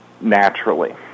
naturally